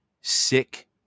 sick